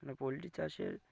মানে পোলট্রী চাষের